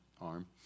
arm